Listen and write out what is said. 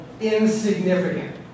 insignificant